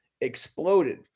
exploded